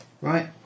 Right